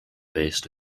based